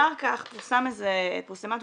אחר כך פורסמה תגובה,